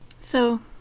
So-